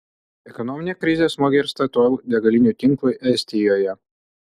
ekonominė krizė smogė ir statoil degalinių tinklui estijoje